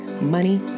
money